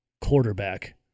quarterback